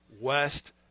west